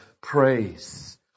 praise